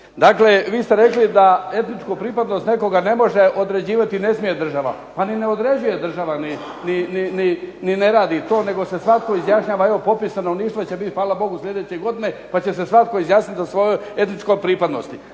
Dakle, vi ste rekli da etničku pripadnost nekoga ne može određivati i ne smije država. Pa ni ne određuje država ni ne radi to nego se svatko izjašnjava. Evo popis stanovništva će bit hvala bogu sljedeće godine pa će se svatko izjasnit o svojoj etničkoj pripadnosti.